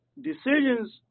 decisions